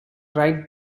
write